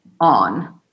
on